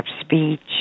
speech